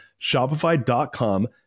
Shopify.com